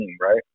right